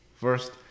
First